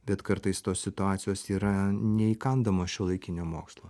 bet kartais tos situacijos yra neįkandamos šiuolaikinio mokslo